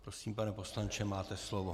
Prosím, pane poslanče, máte slovo.